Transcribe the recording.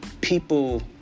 People